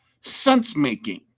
sense-making